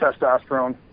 testosterone